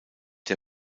der